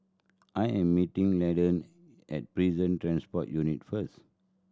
I am meeting Landen at Prison Transport Unit first